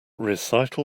recital